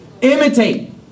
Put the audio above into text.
Imitate